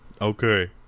Okay